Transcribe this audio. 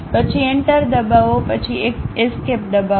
પછી એન્ટર દબાવો પછી એસ્કેપ દબાવો